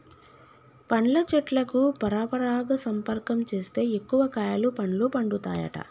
పండ్ల చెట్లకు పరపరాగ సంపర్కం చేస్తే ఎక్కువ కాయలు పండ్లు పండుతాయట